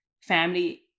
family